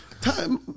time